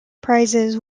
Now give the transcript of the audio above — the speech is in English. prizes